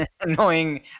annoying